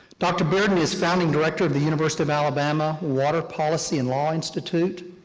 dr. bearden is founding director of the university of alabama water policy and law institute,